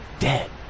dead